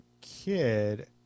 kid